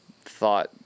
thought